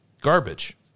Garbage